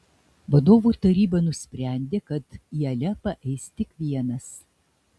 vadovų taryba nusprendė kad į alepą eis tik vienas